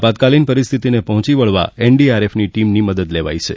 આપતકાલિન પરિસ્થિતિને પહોંચી વળવા એનડીઆરએફની ટીમની મદદ લેવાઈ છે